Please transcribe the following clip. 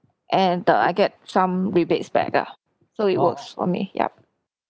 and uh I get some rebates back ah so it works for me yup